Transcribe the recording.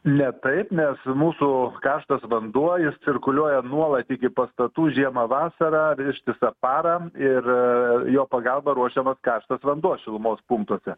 ne taip nes mūsų karštas vanduo jis cirkuliuoja nuolat iki pastatų žiemą vasarą ir ištisą parą ir jo pagalba ruošiamas karštas vanduo šilumos punktuose